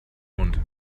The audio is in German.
mund